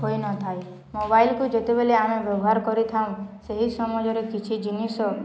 ହୋଇନଥାଏ ମୋବାଇଲକୁ ଯେତେବେଳେ ଆମେ ବ୍ୟବହାର କରିଥାଉ ସେହି ସମୟରେ କିଛି ଜିନିଷ